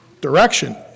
direction